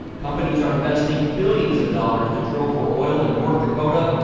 companies are investing billions of dollars to drill for oil in north dakota,